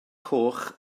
coch